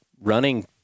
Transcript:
running